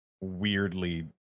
weirdly